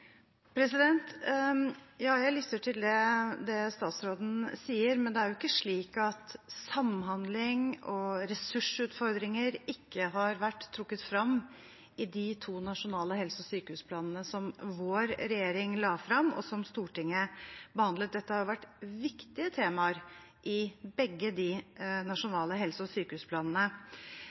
Jeg lytter til det statsråden sier, men det er jo ikke slik at samhandling og ressursutfordringer ikke har vært trukket fram i de to nasjonale helse- og sykehusplanene som vår regjering la fram, og som Stortinget behandlet. Dette har jo vært viktige temaer i begge de nasjonale helse- og sykehusplanene.